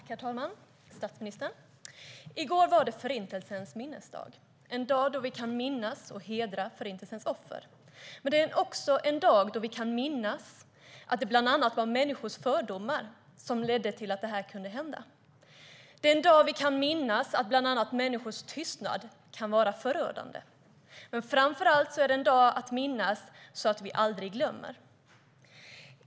Herr talman och statsministern! I går var det Förintelsens minnesdag, en dag då vi kan minnas och hedra Förintelsens offer. Men det är också en dag då vi kan minnas att det bland annat var människors fördomar som ledde till att det här kunde hända. Det är en dag då vi kan minnas att bland annat människors tystnad kan vara förödande. Framför allt är det en dag att minnas så att vi aldrig glömmer.